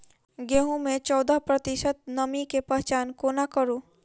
गेंहूँ मे चौदह प्रतिशत नमी केँ पहचान कोना करू?